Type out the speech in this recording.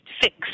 fix